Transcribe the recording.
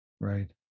Right